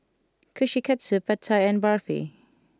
Kushikatsu Pad Thai and Barfi